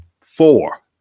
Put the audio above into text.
Four